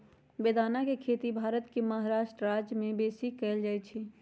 बेदाना के खेती भारत के महाराष्ट्र राज्यमें बेशी कएल जाइ छइ